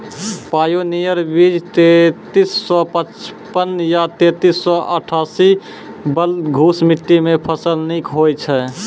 Pioneer बीज तेंतीस सौ पचपन या तेंतीस सौ अट्ठासी बलधुस मिट्टी मे फसल निक होई छै?